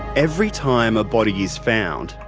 every time a body is found,